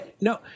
No